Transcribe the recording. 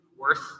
worth